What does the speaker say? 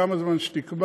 כמה זמן שתקבע,